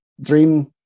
dream